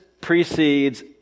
precedes